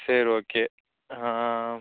சரி ஓகே